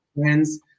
friends